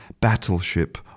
battleship